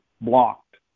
blocked